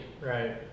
Right